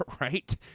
right